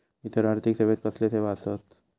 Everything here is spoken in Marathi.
इतर आर्थिक सेवेत कसले सेवा आसत?